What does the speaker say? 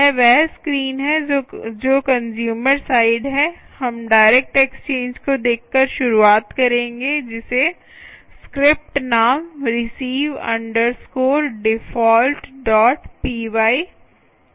यह वह स्क्रीन है जो कंस्यूमर साइड है हम डायरेक्ट एक्सचेंज को देखकर शुरुआत करेंगे जिसे स्क्रिप्ट नाम receive defaultpy दिया है